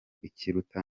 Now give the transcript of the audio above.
ikiruta